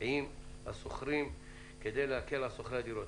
עם השוכרים כדי להקל על שוכרי הדירות.